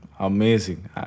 Amazing